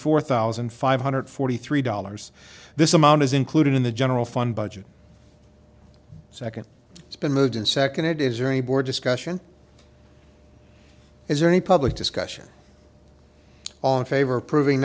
four thousand five hundred forty three dollars this amount is included in the general fund budget second it's been moved and seconded is very bored discussion is there any public discussion on favre proving